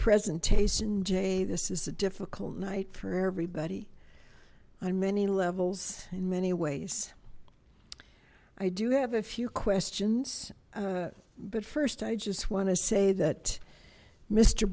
presentation jay this is a difficult night for everybody on many levels in many ways i do have a few questions but first i just want to say that m